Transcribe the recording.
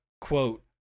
quote